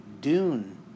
Dune